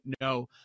no